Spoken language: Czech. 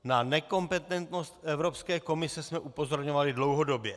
Na nekompetentnost Evropské komise jsme upozorňovali dlouhodobě.